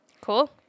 Cool